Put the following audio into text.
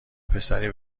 پسری